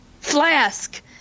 Flask